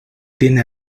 tiene